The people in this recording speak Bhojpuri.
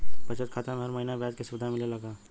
बचत खाता में हर महिना ब्याज के सुविधा मिलेला का?